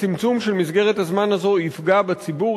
הצמצום של מסגרת הזמן הזאת יפגע בציבור,